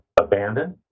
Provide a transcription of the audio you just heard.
abandoned